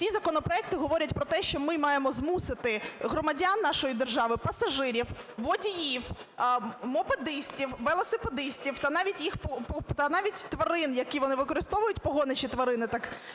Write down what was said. Ці законопроекти говорять про те, що ми маємо змусити громадян нашої держави: пасажирів, водіїв, мопедистів, велосипедистів та навіть тварин, які вони використовують, погоничі тварин, -